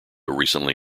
recently